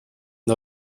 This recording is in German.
der